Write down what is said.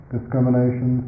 discrimination